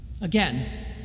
Again